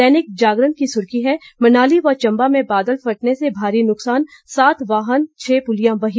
दैनिक जागरण की सुर्खी है मनाली व चंबा में बादल फटने से भारी नुकसान सात वाहन व छह पुलिया बही